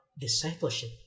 discipleship